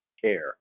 care